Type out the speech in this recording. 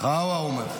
חאווה, הוא אומר.